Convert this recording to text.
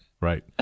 right